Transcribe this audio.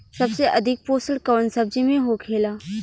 सबसे अधिक पोषण कवन सब्जी में होखेला?